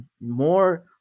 more